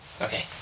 Okay